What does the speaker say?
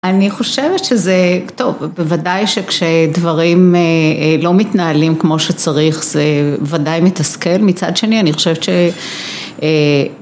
אני חושבת שזה טוב, בוודאי שכשדברים לא מתנהלים כמו שצריך זה ודאי מתסכל, מצד שני אני חושבת ש